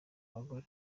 abagore